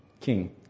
King